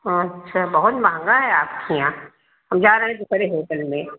अच्छा बहुत महंगा है आपके यहाँ हम जा रहे हैं दूसरे होटल में